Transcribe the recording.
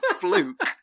fluke